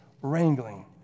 wrangling